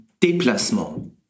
déplacement